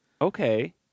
Okay